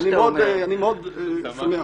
אני מאוד שמח.